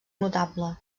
notable